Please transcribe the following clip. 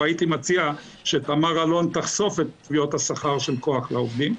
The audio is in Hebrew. והייתי מציע שתמר אלון תחשוף את תביעות השכר של כח לעובדים.